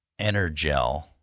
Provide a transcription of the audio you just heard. Energel